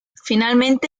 finalmente